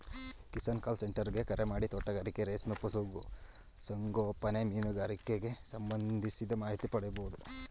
Kisan call centre ಗೆ ಕರೆಮಾಡಿ ತೋಟಗಾರಿಕೆ ರೇಷ್ಮೆ ಪಶು ಸಂಗೋಪನೆ ಮೀನುಗಾರಿಕೆಗ್ ಸಂಬಂಧಿಸಿದ ಮಾಹಿತಿ ಪಡಿಬೋದು